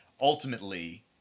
ultimately